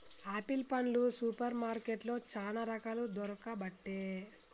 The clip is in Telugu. ఆపిల్ పండ్లు సూపర్ మార్కెట్లో చానా రకాలు దొరుకబట్టె